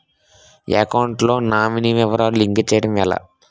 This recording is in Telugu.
అకౌంట్ లో నామినీ వివరాలు లింక్ చేయటం ఎలా?